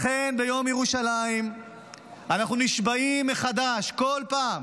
לכן, ביום ירושלים אנחנו נשבעים כל פעם